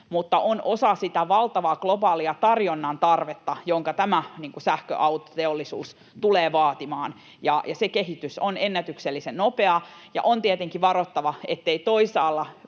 mutta on osa sitä valtavaa globaalia tarjonnan tarvetta, jonka tämä sähköautoteollisuus tulee vaatimaan, ja se kehitys on ennätyksellisen nopeaa. On tietenkin varottava, ettei toisaalla